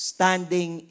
Standing